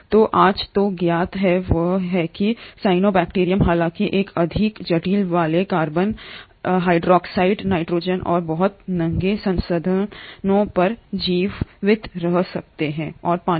तो आज जो ज्ञात है वह है कि सायनोबैक्टीरियम हालांकि एक अधिक जटिल वाले कार्बन डाइऑक्साइड नाइट्रोजन जैसे बहुत नंगे संसाधनों पर जीवित रह सकते हैं और पानी